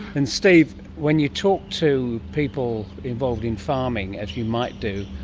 and steve, when you talk to people involved in farming, as you might do,